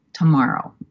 Tomorrow